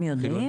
הם יודעים?